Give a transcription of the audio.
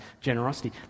generosity